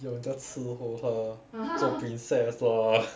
有得伺候她做 princess lor